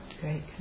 great